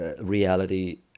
reality